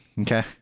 Okay